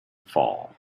fall